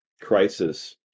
crisis